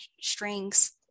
strings